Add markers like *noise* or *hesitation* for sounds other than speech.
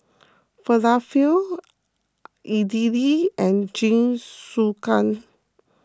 Falafel *hesitation* Idili and Jingisukan